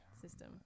System